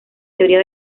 teoría